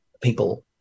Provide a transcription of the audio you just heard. people